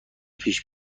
پیش